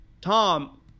Tom